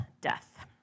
death